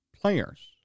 players